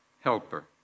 helper